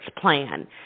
plan